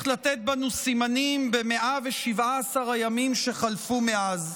לתת בנו סימנים ב-117 הימים שחלפו מאז.